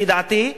לפי דעתי,